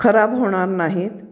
खराब होणार नाहीत